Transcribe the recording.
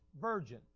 virgin